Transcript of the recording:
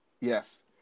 Yes